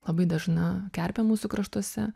labai dažna kerpė mūsų kraštuose